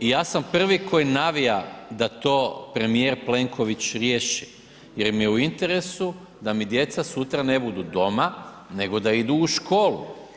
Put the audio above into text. i ja sam prvi koji navija da to premijer Plenković riješi jer mi je u interesu da mi djeca sutra ne budu doma nego da idu u školu.